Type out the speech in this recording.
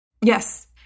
Yes